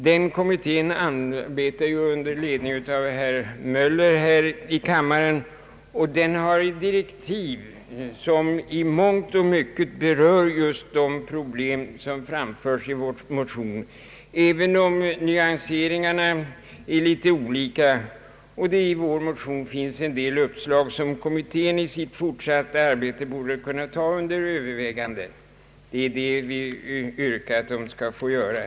Den kommittén arbetar under ledning av herr Möller i denna kammare, och den har direktiv som i mångt och mycket berör just de problem som framförts i vår motion, även om nyanseringarna är litet olika. I vår motion finns en del uppslag som kommittén i sitt fortsatta arbete borde kunna ta under övervägande, och det är detta vi yrkar att den skall få göra.